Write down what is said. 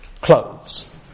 clothes